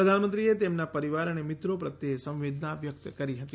પ્રધાનમંત્રી એ તેમના પરિવાર અને મિત્રો પ્રત્યે સંવેદના વ્યક્ત કરી હતી